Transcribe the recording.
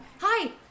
hi